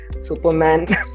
Superman